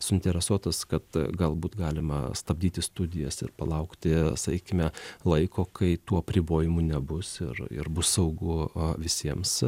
suinteresuotas kad galbūt galima stabdyti studijas ir palaukti sakykime laiko kai tų apribojimų nebus ir ir bus saugu visiems